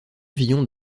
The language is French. pavillon